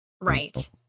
Right